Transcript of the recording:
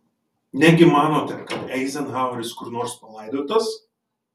negi manote kad eizenhaueris kur nors palaidotas